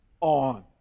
on